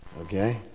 Okay